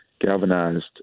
galvanized